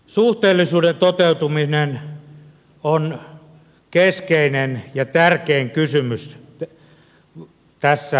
suhteellisuuden toteutuminen on keskeinen ja tärkein kysymys tässä uudistusasiassa